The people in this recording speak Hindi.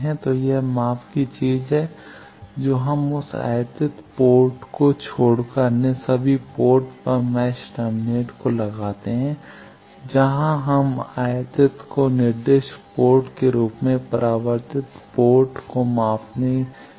तो यह माप की चीज है जो हम उस आयातित पोर्ट को छोड़कर अन्य सभी पोर्ट पर मैच टर्मिनेट को लगाते हैं जहां हम आयातित को निर्दिष्ट पोर्ट के रूप में परावर्तित पोर्ट को मापने और मापने की कोशिश कर रहे थे